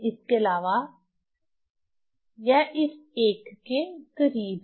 इसके अलावा यह इस एक के करीब है